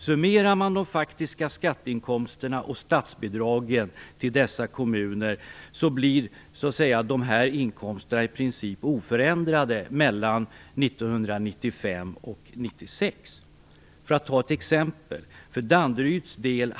Summerar man de faktiska skatteinkomsterna och statsbidragen till dessa kommuner, blir inkomsterna mellan 1995 och 1996 i princip oförändrade.